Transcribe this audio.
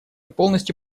полностью